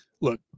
look